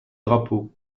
drapeau